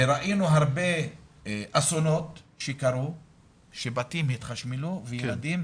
וראינו הרבה אסונות שקרו שבתים התחשמלו וילדים